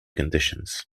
conditions